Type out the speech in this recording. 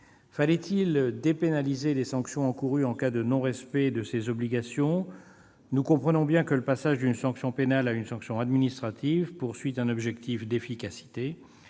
Fallait-il dépénaliser les sanctions encourues en cas de non-respect de ces obligations ? Nous comprenons bien que ce passage d'une sanction pénale à une sanction administrative vise l'efficacité.